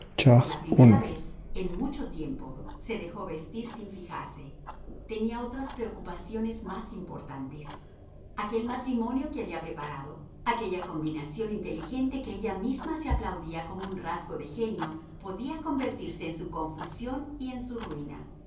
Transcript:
por la primera vez en mucho tiempo se dejó vestir sin fijarse tenía otras preocupaciones más importantes aquel matrimonio que había preparado aquella combinación inteligente que ella misma se aplaudía como un rasgo de genio podía convertirse en su confusión y en su ruina